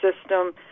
system